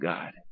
God